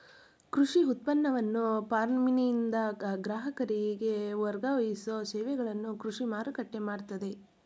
ಕೃಷಿ ಉತ್ಪನ್ನವನ್ನ ಫಾರ್ಮ್ನಿಂದ ಗ್ರಾಹಕರಿಗೆ ವರ್ಗಾಯಿಸೋ ಸೇವೆಗಳನ್ನು ಕೃಷಿ ಮಾರುಕಟ್ಟೆ ಮಾಡ್ತದೆ